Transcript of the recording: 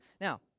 Now